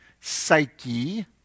psyche